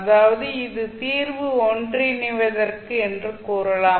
அதாவது இது தீர்வு ஒன்றிணைவதற்கு என்று கூறலாம்